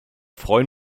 freuen